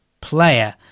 player